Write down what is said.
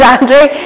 Andrew